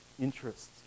interests